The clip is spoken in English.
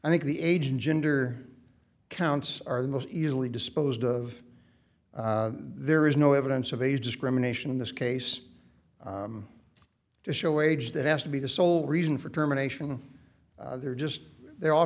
i think the age and gender counts are the most easily disposed of there is no evidence of age discrimination in this case to show wage that has to be the sole reason for terminations there just they